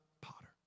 potter